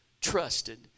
trusted